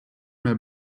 mehr